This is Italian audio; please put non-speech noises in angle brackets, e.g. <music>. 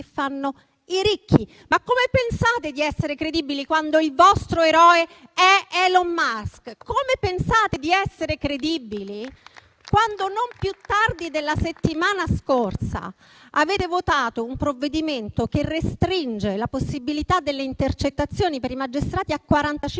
fanno i ricchi. Ma come pensate di essere credibili quando il vostro eroe è Elon Musk? <applause> Come pensate di essere credibili quando, non più tardi della settimana scorsa, avete votato un provvedimento che restringe il limite delle intercettazioni per i magistrati a